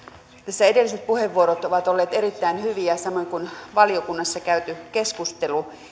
tässä edelliset puheenvuorot ovat olleet erittäin hyviä samoin kuin valiokunnassa käyty keskustelu